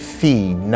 feed